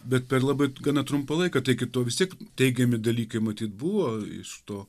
bet per labai gana trumpą laiką tai iki to vis tiek teigiami dalykai matyt buvo iš to